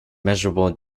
measurable